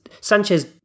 Sanchez